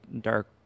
dark